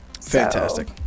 Fantastic